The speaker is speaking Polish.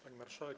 Pani Marszałek!